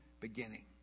beginning